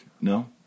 No